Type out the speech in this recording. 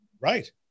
Right